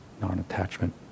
non-attachment